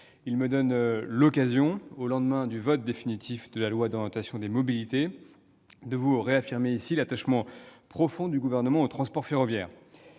Cela me donne l'occasion, au lendemain du vote définitif de la loi d'orientation des mobilités, de réaffirmer devant vous l'attachement profond du Gouvernement au transport ferroviaire.